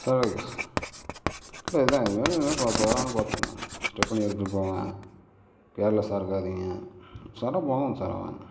சரி okay sir இல்லை இதுதான் இனிமேல் இந்த தவறு வராமல் பார்த்துக்குங்க ஸ்டெப்னி எடுத்துகிட்டு போங்க கேர்லெஸ்ஸாக இருக்காதீங்க உஷாராக போங்க உஷாராக வாங்க